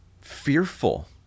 fearful